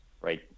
right